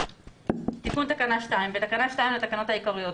תיקון תקנה 2 בתקנה 2 לתקנות העיקריות,